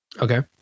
Okay